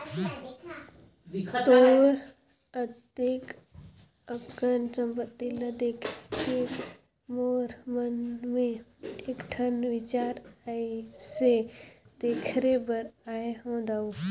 तोर अतेक अकन संपत्ति ल देखके मोर मन मे एकठन बिचार आइसे तेखरे बर आये हो दाऊ